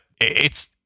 it's-